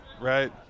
Right